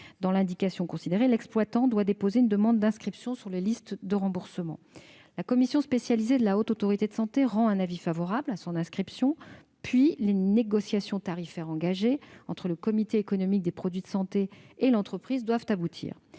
dans l'indication considérée, l'exploitant doit déposer une demande d'inscription sur les listes de remboursement. La commission spécialisée de la Haute Autorité de santé (HAS) rend un avis favorable à son inscription, puis les négociations tarifaires engagées entre le Comité économique des produits de santé (CEPS) et l'entreprise doivent aboutir.